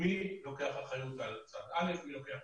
מי לוקח אחריות על צד אחד, מי על צד